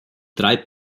drei